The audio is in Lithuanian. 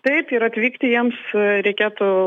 taip ir atvykti jiems reikėtų